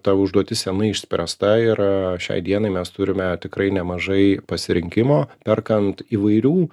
ta užduotis senai išspręsta ir šiai dienai mes turime tikrai nemažai pasirinkimo perkant įvairių